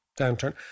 downturn